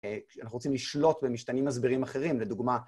אנחנו רוצים לשלוט במשתנים מסברים אחרים, לדוגמה...